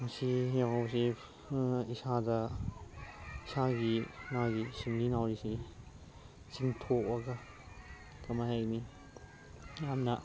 ꯃꯁꯤ ꯌꯥꯎꯕꯁꯤ ꯏꯁꯥꯗ ꯏꯁꯥꯒꯤ ꯏꯁꯥꯒꯤ ꯁꯤꯡꯂꯤ ꯅꯥꯎꯔꯤꯁꯤ ꯆꯤꯡꯊꯣꯛꯑꯒ ꯀꯃꯥꯏꯅ ꯍꯥꯏꯒꯅꯤ ꯌꯥꯝꯅ